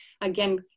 again